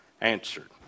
answered